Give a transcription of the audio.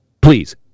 please